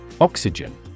Oxygen